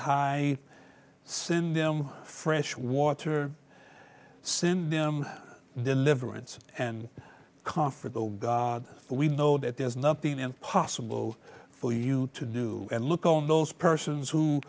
high send them fresh water send them deliverance and comfort though we know that there is nothing impossible for you to do and look on those persons who